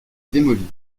démolie